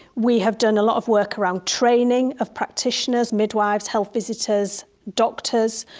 we have done a lot of work around training of practitioners, midwives, health visitors, doctors.